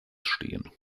stehen